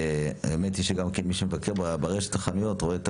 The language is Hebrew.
האמת היא שגם כמי שמבקר ברשות החנויות רואה את